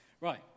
Right